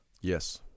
Yes